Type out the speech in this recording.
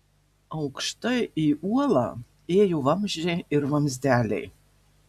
aukštai į uolą ėjo vamzdžiai ir vamzdeliai